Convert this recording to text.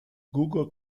google